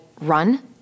run